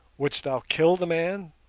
wouldst thou kill the man?